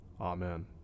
Amen